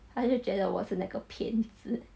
他就觉得我是那个骗子